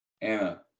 Anna